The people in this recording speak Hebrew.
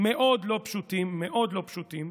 מאוד לא פשוטים, מאוד לא פשוטים,